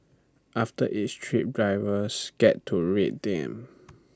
after each trip drivers get to rate them